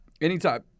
anytime